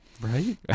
Right